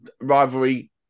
Rivalry